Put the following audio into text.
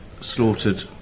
slaughtered